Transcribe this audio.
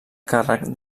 càrrec